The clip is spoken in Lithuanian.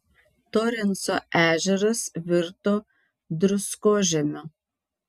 torenso ežeras virto druskožemiu